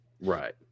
Right